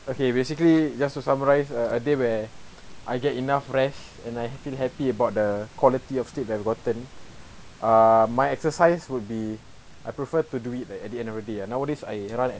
okay basically just to summarise a a day where I get enough rest and I feel happy about the quality of sleep that I've gotten err my exercise would be I prefer to do it like at the end of the day ah nowadays I